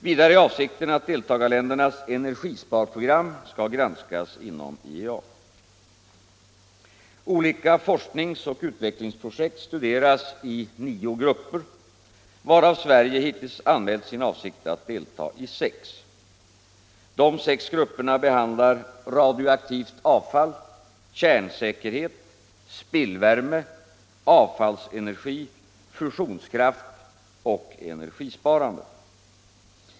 Vidare är avsikten att deltagarländernas energisparprogram skall granskas inom IEA. Olika forskningsoch utvecklingsprojekt studeras i nio grupper, varav Sverige hittills anmält sin avsikt att delta i sex. Dessa sex grupper behandlar radioaktivt avfall, kärnsäkerhet, spillvärme, avfallsenergi, fusionskraft och energisparande.